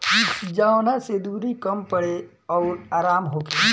जवना से दुरी कम पड़े अउर आराम होखे